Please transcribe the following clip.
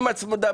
עם הצמדה,